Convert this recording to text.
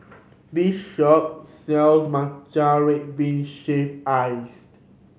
this shop sells matcha red bean shave ice